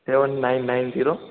seven nine nine zero